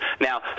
now